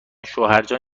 شوهرجان